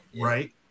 Right